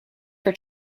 for